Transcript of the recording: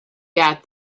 got